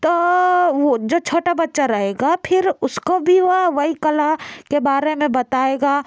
तो वो जो छोटा बच्चा रहेगा फिर उसको भी वह वही कला के बारे में बताएगा